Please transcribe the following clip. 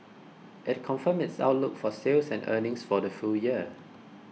it confirmed its outlook for sales and earnings for the full year